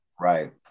Right